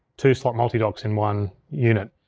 two slot multidocks in one unit.